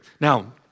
Now